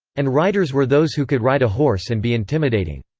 and riders were those who could ride a horse and be intimidating.